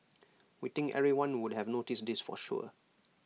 we think everyone would have noticed this for sure